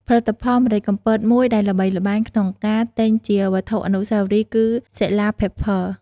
ផលិតផលម្រេចកំពតមួយដែលល្បីល្បាញក្នុងការទិញជាវត្ថុអនុស្សាវរីយ៍គឺ សិលា ផិប ភើ Sela's Pepper